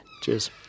cheers